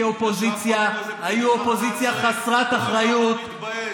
הם כאופוזיציה היו אופוזיציה חסרת אחריות.